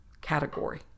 category